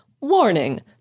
Warning